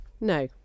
No